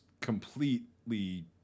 completely